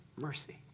mercy